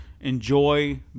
enjoy